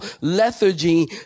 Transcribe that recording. lethargy